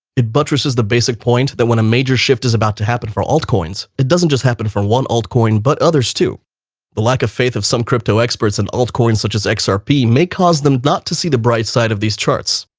it buttresses the basic point that when a major shift is about to happen for old coins, it doesn't just happen for one old coin. but others to the lack of faith of some crypto experts and old coins such as xrp ah may cause them not to see the bright side of these charts.